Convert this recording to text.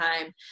time